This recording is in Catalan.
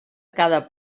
cada